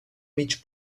mig